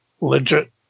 legit